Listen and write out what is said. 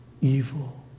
evil